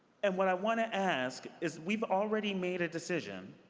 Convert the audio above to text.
and what i want to ask is we've already made a decision.